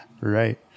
Right